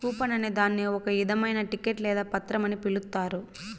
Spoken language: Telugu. కూపన్ అనే దాన్ని ఒక ఇధమైన టికెట్ లేదా పత్రం అని పిలుత్తారు